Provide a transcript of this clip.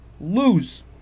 lose